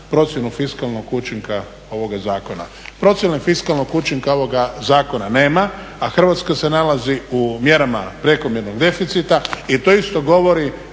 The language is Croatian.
procjenu fiskalnog učinka ovoga zakona. Procjene fiskalnog učinka ovoga zakona nema, a Hrvatska se nalazi u mjerama prekomjernog deficita i to isto govori